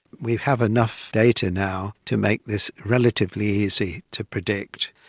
we have enough data now to make this relatively easy to predict,